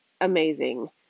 amazing